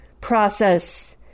process